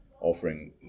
offering